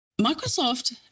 Microsoft